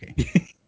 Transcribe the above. Okay